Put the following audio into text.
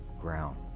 ground